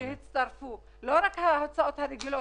לא רק ההוצאות הרגילות.